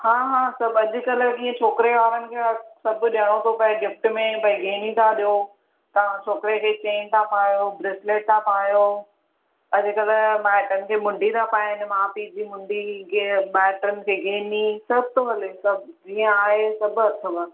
हा हा सभु अॼुकल्ह जीअं छोकिरे वारनि खे सभु ॾियणो थो पिए गिफ्ट में ॿई गेनी था ॾियो था छोकिरे खे चैन था पायो ब्रेस्लेट था पायो अॼुकल्ह माइटनि खे मुंढी था पायनि माउ पीउ जी मुंढी जीअं भाइटनि खे गेनी सभु थो हले सभु जीअं आहे सभु अथव